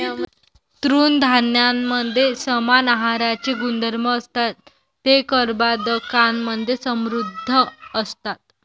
तृणधान्यांमध्ये समान आहाराचे गुणधर्म असतात, ते कर्बोदकांमधे समृद्ध असतात